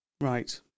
Right